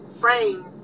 frame